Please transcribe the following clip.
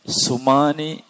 sumani